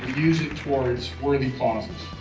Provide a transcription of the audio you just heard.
use it towards worthy causes.